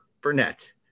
burnett